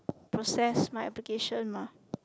process my application mah